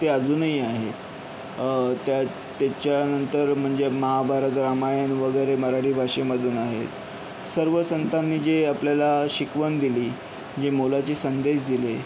ते अजूनही आहेत त्या त्याच्यानंतर म्हणजे महाभारत रामायण वगैरे मराठी भाषेमधून आहे सर्व संतांनी जे आपल्याला शिकवण दिली जे मोलाचे संदेश दिले